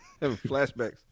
Flashbacks